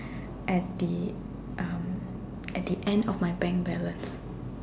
at the um at the end of my bank balance